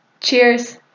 Cheers